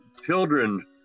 Children